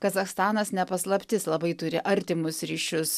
kazachstanas ne paslaptis labai turi artimus ryšius